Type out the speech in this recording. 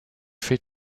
fait